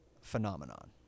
phenomenon